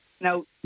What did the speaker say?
Now